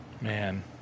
man